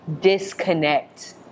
disconnect